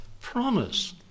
promise